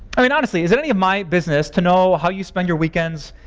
i mean, honestly, is it any of my business to know how you spend your weekends?